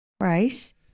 right